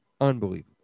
Unbelievable